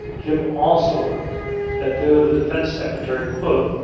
jim also wrote that though the defense secretary, quote,